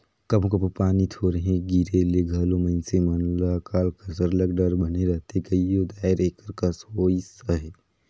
कभों कभों पानी थोरहें गिरे ले घलो मइनसे मन ल अकाल कर सरलग डर बने रहथे कइयो धाएर एकर कस होइस अहे